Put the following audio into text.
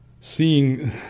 Seeing